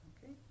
Okay